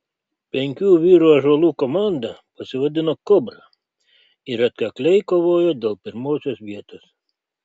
penkių vyrų ąžuolų komanda pasivadino kobra ir atkakliai kovojo dėl pirmosios vietos